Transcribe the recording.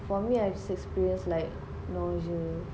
for me I have experienced like nausea